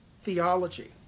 theology